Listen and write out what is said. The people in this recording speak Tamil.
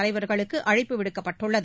தலைவர்களுக்கு அழைப்பு விடுக்கப்பட்டுள்ளது